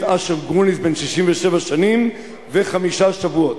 אשר גרוניס בן 67 שנים וחמישה שבועות,